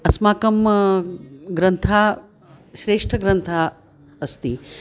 अस्माकं ग्रन्थः श्रेष्ठग्रन्थः अस्ति